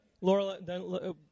Laura